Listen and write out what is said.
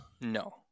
No